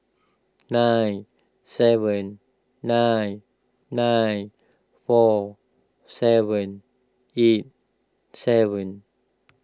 nine seven nine nine four seven eight seven